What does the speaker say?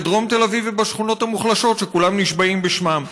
בדרום תל אביב ובשכונות המוחלשות שכולם נשבעים בשמן.